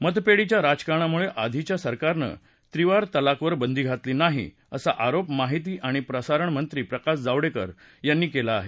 मतपेढीच्या राजकारणामुळे आधीच्या सरकारनं त्रिवार तलाकवर बंदी घातली नाही असा आरोप माहिती आणि प्रसारणमंत्री प्रकाश जावडेकर यांनी केला आहे